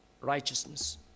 righteousness